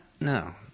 no